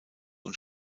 und